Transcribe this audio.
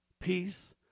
peace